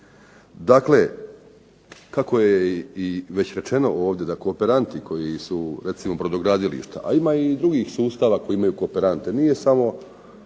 Dakle, kako je i već rečeno ovdje da kooperanti koji su recimo brodogradilišta, a ima i drugih sustava koji imaju kooperante. Nije samo,